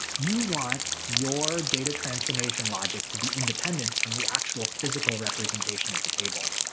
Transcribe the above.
you want your data transformation logic to be independent from the actual physical representation of the table,